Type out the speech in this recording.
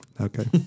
Okay